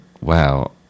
wow